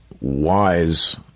wise